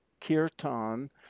kirtan